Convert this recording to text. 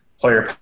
Player